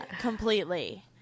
completely